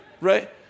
right